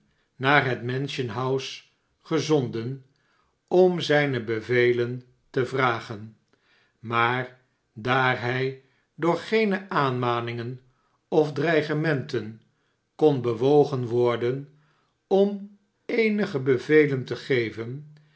naar het mansion-house gezon den om zijne bevelen te vragen maar daar hij door geene aanma ningen of dreigementen kon bewogen worden om eenige bevelen te geven